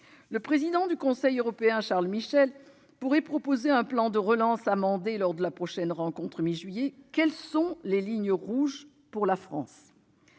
Le président du Conseil européen, Charles Michel, pourrait proposer un plan de relance amendé lors de la prochaine rencontre, prévue dans le courant du mois de juillet. Quelles sont les lignes rouges pour la France ?